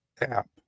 app